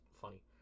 funny